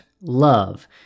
love